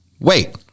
wait